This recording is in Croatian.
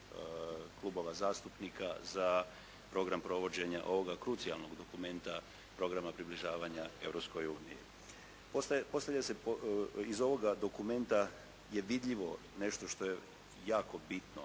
klubova zastupnika za program provođenja ovoga krucijalnoga dokumenta, programa približavanja Europskoj uniji. Iz ovoga dokumenta je vidljivo nešto što je jako bitno,